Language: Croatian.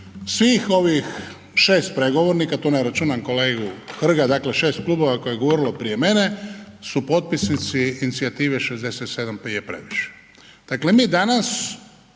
svih ovih 6 pregovornika, tu ne računam kolegu Hrga, dakle 6 klubova koje je govorilo prije mene, su potpisnici inicijative 67 je previše.